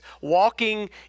walking